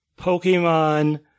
Pokemon